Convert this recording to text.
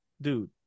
dude